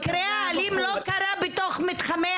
המקרה האלים לא קרה בתוך מתחמי